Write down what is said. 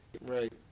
Right